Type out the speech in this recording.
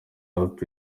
app